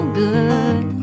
good